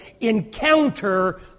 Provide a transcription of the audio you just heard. encounter